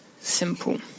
simple